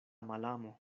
malamo